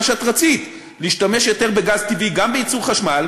שאת רצית: להשתמש יותר בגז טבעי גם בייצור חשמל,